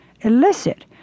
elicit